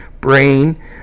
brain